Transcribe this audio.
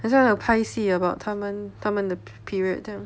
that's why 有拍戏 about 他们他们的 period 这样